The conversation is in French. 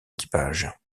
équipage